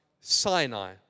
Sinai